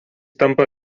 tampa